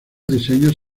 diseños